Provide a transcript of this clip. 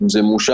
אפשר